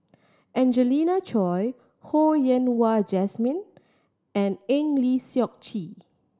Angelina Choy Ho Yen Wah Jesmine and Eng Lee Seok Chee